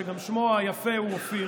שגם שמו היפה הוא אופיר,